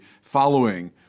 following